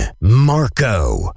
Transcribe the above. Marco